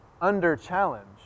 under-challenge